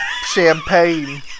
champagne